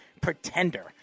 pretender